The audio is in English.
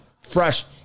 fresh